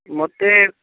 ମୋତେ